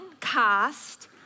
cast